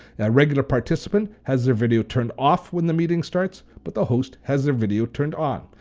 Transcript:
that regular participant has their video turned off when the meeting starts but the host has their video turned on,